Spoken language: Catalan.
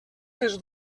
més